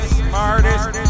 smartest